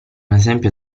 esempio